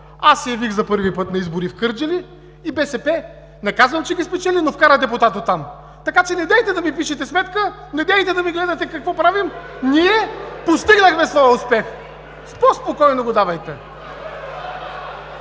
Аз се явих за първи път в гр. Кърджали и БСП не казвам, че ги спечели, но вкара депутат оттам. Така че недейте да ми пишете сметка, недейте да ни гледате какво правим. Ние постигнахме своя успех! По-спокойно го давайте.